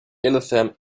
eltham